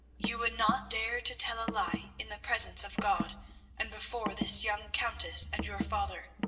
you would not dare to tell a lie in the presence of god and before this young countess and your father.